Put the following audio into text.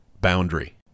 boundary